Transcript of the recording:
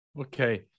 Okay